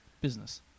business